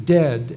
dead